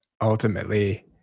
ultimately